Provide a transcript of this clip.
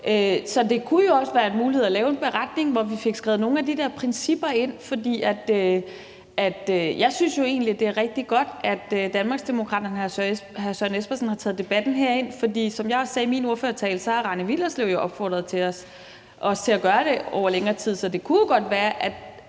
Så det kunne jo også være en mulighed at lave en beretning, hvor vi fik skrevet nogle af de der principper ind. For jeg synes jo egentlig, at det er rigtig godt, at Danmarksdemokraterne og hr. Søren Espersen har taget debatten herind. For som jeg også sagde i min ordførertale, har Rane Willerslev jo over længere tid opfordret os til at gøre det. Så det kunne jo godt være, at